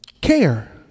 Care